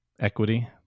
Equity